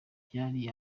byari